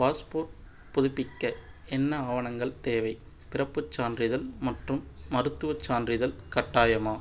passport புதுப்பிக்க என்ன ஆவணங்கள் தேவை பிறப்புச் சான்றிதழ் மற்றும் மருத்துவச் சான்றிதழ் கட்டாயமா